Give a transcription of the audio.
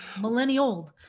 millennial